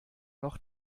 noch